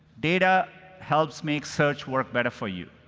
data helps make search work better for you.